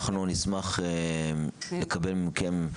אוקיי, אנחנו נשמח לקבל מכם,